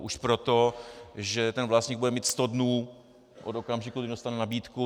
Už proto, že ten vlastník bude mít sto dnů od okamžiku, kdy dostane nabídku.